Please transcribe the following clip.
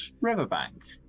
riverbank